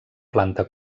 planta